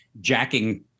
jacking